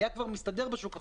היה כבר מסתדר בשוק החופשי.